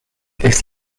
this